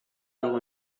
algo